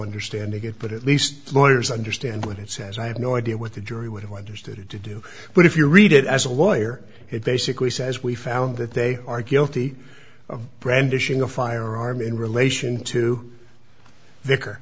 understanding it but at least lawyers understand what it says i have no idea what the jury would have understood to do but if you read it as a lawyer it basically says we found that they are guilty of brandishing a firearm in relation to